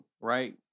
Right